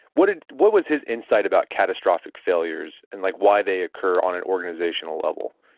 what ah what was his insight about catastrophic failures and like why they occur on an organizational level?